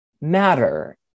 matter